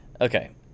Okay